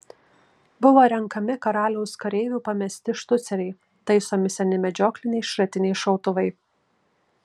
buvo renkami karaliaus kareivių pamesti štuceriai taisomi seni medžiokliniai šratiniai šautuvai